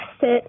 sit